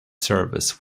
service